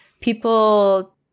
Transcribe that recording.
People